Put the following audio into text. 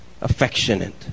affectionate